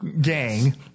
gang